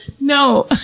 No